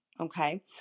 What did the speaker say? Okay